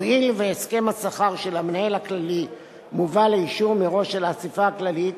הואיל והסכם השכר של המנהל הכללי מובא לאישור מראש של האספה הכללית,